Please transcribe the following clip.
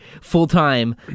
full-time